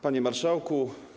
Panie Marszałku!